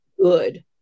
good